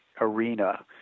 arena